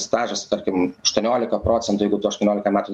stažas tarkim aštuoniolika procentų jeigu tu aštuoniolika metų